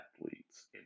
athletes